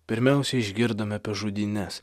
pirmiausia išgirdome apie žudynes